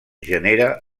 genera